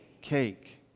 cake